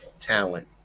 talent